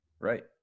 Right